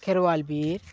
Kherwal Bir